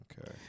Okay